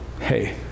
hey